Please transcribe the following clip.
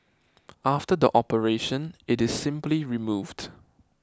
after the operation it is simply removed